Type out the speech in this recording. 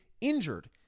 Injured